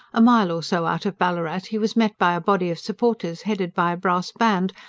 a mile or so out of ballarat, he was met by a body of supporters headed by a brass band,